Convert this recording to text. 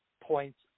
points